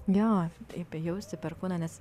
jo taip jausti per kūną nes